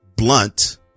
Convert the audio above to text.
Blunt